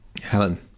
Helen